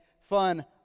fun